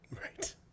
right